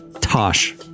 Tosh